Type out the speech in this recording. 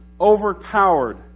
overpowered